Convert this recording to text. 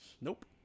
nope